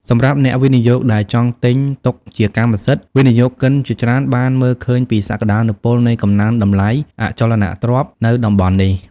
សម្រាប់អ្នកវិនិយោគដែលចង់ទិញទុកជាកម្មសិទ្ធិ វិនិយោគិនជាច្រើនបានមើលឃើញពីសក្តានុពលនៃកំណើនតម្លៃអចលនទ្រព្យនៅតំបន់នេះ។